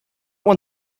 when